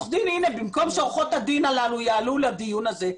במקום שעורכות הדין הללו יעלו לדיון הזה,